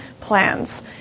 plans